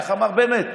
איך אמר בנט?